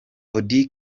auddy